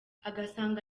agasanga